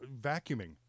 vacuuming